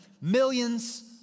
millions